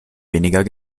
weniger